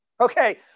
Okay